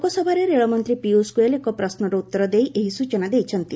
ଲୋକସଭାରେ ରେଳମନ୍ତ୍ରୀ ପିୟୁଷ ଗୋୟେଲ ଏକ ପ୍ରଶ୍ନର ଉତ୍ତର ଦେଇ ଏହି ସ୍ବଚନା ଦେଇଛନ୍ତି